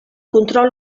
control